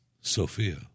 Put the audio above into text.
Sophia